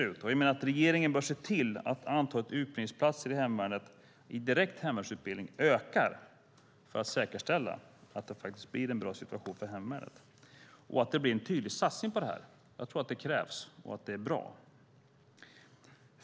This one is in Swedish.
Jag menar att regeringen bör se till att antalet utbildningsplatser till direkt hemvärnsutbildning ökar för att säkerställa att det faktiskt blir en bra situation för hemvärnet och att det blir en tydlig satsning på det här. Jag tror att det krävs och att det är bra.